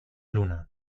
luna